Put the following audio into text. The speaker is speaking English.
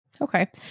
okay